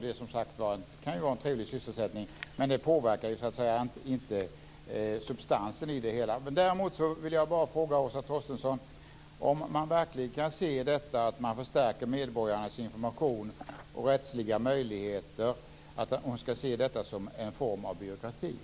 Det kan vara en trevlig sysselsättning, men den påverkar inte substansen i det hela. Torstensson det som en form av byråkrati att stärka medborgarnas rättsliga möjligheter och möjligheten till att få information?